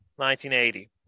1980